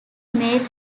made